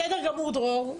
בסדר גמור, דרור.